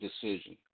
decision